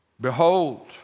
Behold